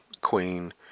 Queen